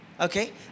Okay